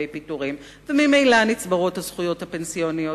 פיטורים וממילא נצברות הזכויות הפנסיוניות,